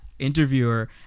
interviewer